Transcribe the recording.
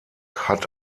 hat